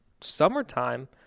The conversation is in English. summertime